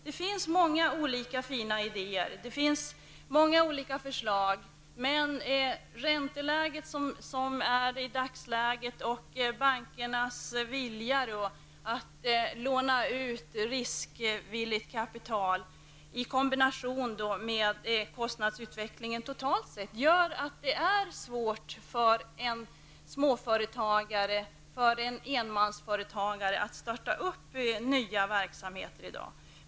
Det finns många olika fina idéer och förslag, men ränteläget just nu och bankernas ovilja att låna ut riskvilligt kapital i kombination med kostnadsutvecklingen totalt sett gör att det är svårt för en småföretagare, för en enmansföretagare, att starta nya verksamheter i dag.